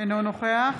אינו נוכח